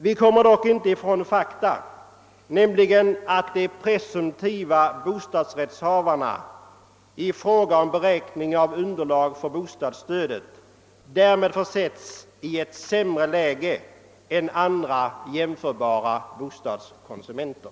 Vi kommer dock inte ifrån fakta, nämligen att de presumtiva bostadsrättsinnehavarna i fråga om beräkning av underlag för bostadsstödet därmed försätts i ett sämre läge än andra jämförbara bostadskonsumenter.